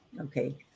okay